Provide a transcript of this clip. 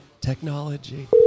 Technology